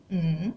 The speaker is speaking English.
mmhmm